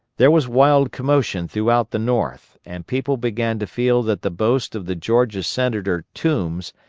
there was wild commotion throughout the north, and people began to feel that the boast of the georgia senator toombs,